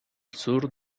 sur